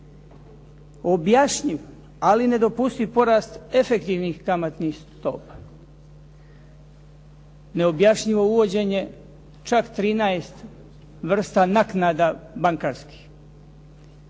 Objašnjiv ali nedopustiv porast efektivnih kamatnih stopa. Neobjašnjivo uvođenje čak 13 vrsta naknada bankarskih.